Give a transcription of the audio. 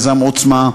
מיזם "עוצמה",